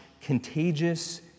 contagious